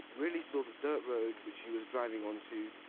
really saw the dirt road which he was driving onto,